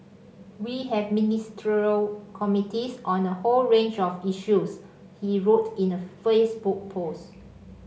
we have Ministerial Committees on a whole range of issues he wrote in a Facebook post